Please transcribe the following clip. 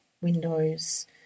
windows